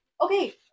Okay